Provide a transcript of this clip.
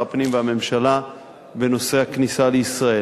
הפנים והממשלה בנושא הכניסה לישראל.